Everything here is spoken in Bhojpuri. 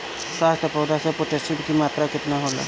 स्वस्थ पौधा मे पोटासियम कि मात्रा कितना होला?